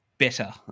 better